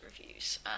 reviews